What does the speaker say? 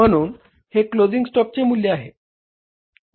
म्हणून हे क्लोझिंग स्टॉकचे मूल्य आहे